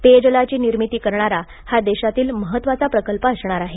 पेयजलाची निर्मिती करणारा हा देशातील महत्त्वाचा प्रकल्प असणार आहे